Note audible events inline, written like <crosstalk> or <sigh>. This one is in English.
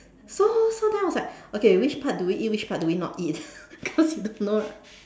so so then I was like okay which part do we eat which part do we not eat <laughs> because you don't know right